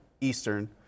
Eastern